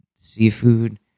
Seafood